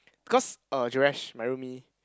because uh Joresh my roomie